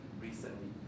recently